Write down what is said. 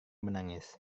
menangis